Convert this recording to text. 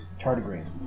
tardigrades